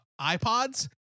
iPods